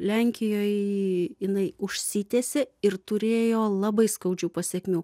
lenkijoj inai užsitęsė ir turėjo labai skaudžių pasekmių